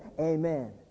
Amen